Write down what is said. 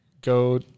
Go